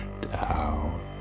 down